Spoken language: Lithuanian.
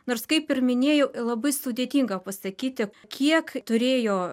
nors kaip ir minėjau labai sudėtinga pasakyti kiek turėjo